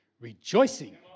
rejoicing